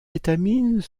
étamines